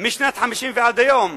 משנת 1950 ועד היום,